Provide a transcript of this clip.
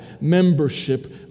membership